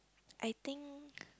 I think